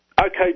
okay